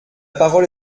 parole